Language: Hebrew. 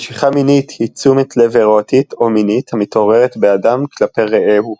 משיכה מינית היא תשומת לב ארוטית או מינית המתעוררת באדם כלפי רעהו.